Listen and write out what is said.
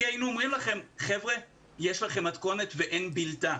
כי היינו אומרים "חבר'ה, יש מתכונת ואין בילתה".